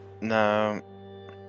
No